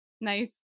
Nice